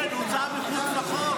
כך פעולת טרור יהודי?